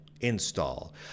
install